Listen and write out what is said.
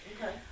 Okay